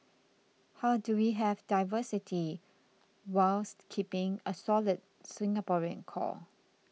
how do we have diversity whilst keeping a solid Singaporean core